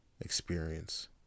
experience